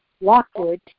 Lockwood